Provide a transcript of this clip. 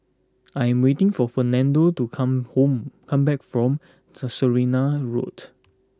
I am waiting for Fernando to come home come back from Casuarina Road